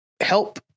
help